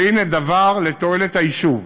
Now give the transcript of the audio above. שהנה, דבר לתועלת היישוב.